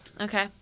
Okay